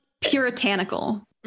puritanical